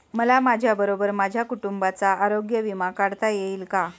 मला माझ्याबरोबर माझ्या कुटुंबाचा आरोग्य विमा काढता येईल का?